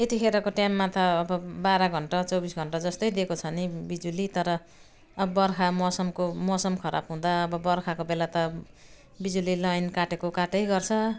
यतिखेरको टाइममा त अब बाह्र घण्टा चौबिस घण्टा जस्तै दिएको छ नि बिजुली तर अब बर्खा मौसमको मौसम खराब हुँदा अब बर्खाको बेला त बिजुली लाइन काटेको काटेकै गर्छ